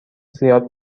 زیاد